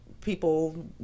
people